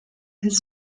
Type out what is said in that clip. his